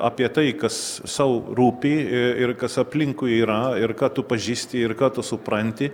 apie tai kas sau rūpi ir kas aplinkui yra ir ką tu pažįsti ir ką tu supranti